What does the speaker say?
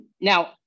Now